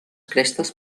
crestes